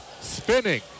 spinning